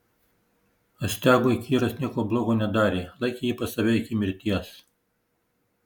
astiagui kyras nieko blogo nedarė laikė jį pas save iki mirties